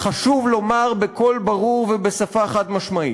חשוב לומר בקול ברור ובשפה חד-משמעית: